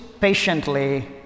patiently